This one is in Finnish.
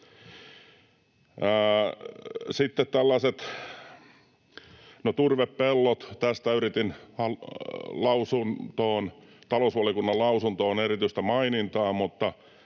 sanotaan. No, turvepelloista yritin talousvaliokunnan lausuntoon erityistä mainintaa,